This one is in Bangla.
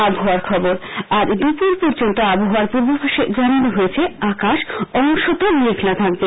আবহাওয়া আজ দুপুর পর্যন্ত আবহাওয়ার পূর্বাভাসে জানানো হয়েছে আকাশ অংশত মেঘলা থাকবে